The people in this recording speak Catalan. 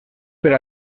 per